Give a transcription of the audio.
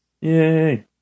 Yay